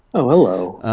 hello.